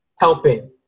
helping